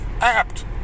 apt